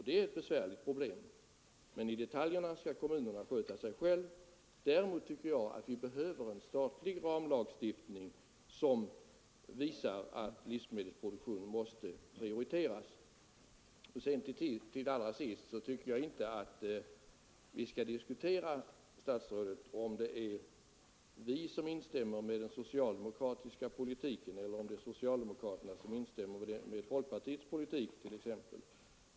Det är ett besvärligt problem. I detaljerna skall emellertid kommunerna sköta sig själva. Däremot tycker jag att vi behöver en statlig ramlagstiftning som visar att livsmedelsproduktionen måste prioriteras. Till sist tycker jag inte att vi skall diskutera, herr statsråd, om det är vi som instämmer med den socialdemoraktiska politiken eller om det är socialdemokraterna som instämmer med t.ex. folkpartiets politik.